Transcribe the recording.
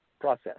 process